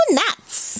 nuts